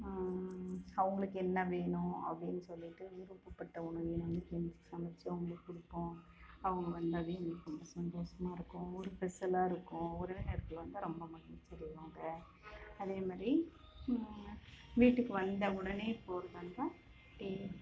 அவங்களுக்கு என்ன வேணும் அப்படின்னு சொல்லிகிட்டு விருப்பப்பட்ட உணவையே நாங்கள் செஞ்சு சமச்சு அவங்களுக்கு கொடுப்போம் அவங்க வந்தாவே எங்களுக்கு ரொம்ப சந்தோசமாக இருக்கும் ஒரு ஸ்பெஷலாக இருக்கும் ஒரே நேரத்தில் வந்தால் ரொம்ப மகிழ்ச்சி அடைவோங்க அதேமாதிரி வீட்டுக்கு வந்த உடனே போகிறதாருந்தா டீ